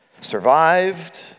survived